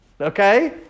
okay